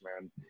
man